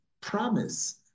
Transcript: promise